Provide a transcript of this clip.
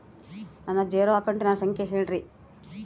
ನನ್ನ ಜೇರೊ ಅಕೌಂಟಿನ ಸಂಖ್ಯೆ ಹೇಳ್ರಿ?